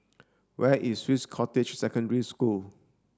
where is Swiss Cottage Secondary School